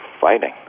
fighting